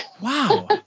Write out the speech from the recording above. Wow